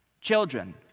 Children